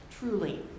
truly